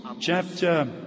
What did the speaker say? chapter